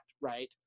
Right